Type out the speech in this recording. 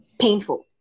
painful